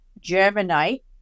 germinate